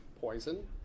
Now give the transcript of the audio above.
Poison